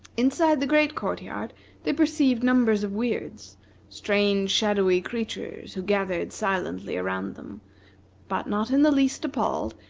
inside the great court-yard they perceived numbers of weirds strange shadowy creatures who gathered silently around them but not in the least appalled,